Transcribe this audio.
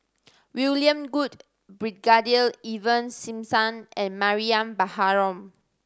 William Goode Brigadier Ivan Simson and Mariam Baharom